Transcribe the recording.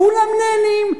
כולם נהנים.